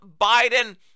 Biden